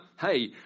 hey